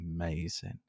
amazing